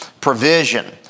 provision